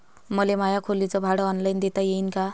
मले माया खोलीच भाड ऑनलाईन देता येईन का?